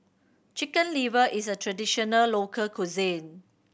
Chicken Liver is a traditional local cuisine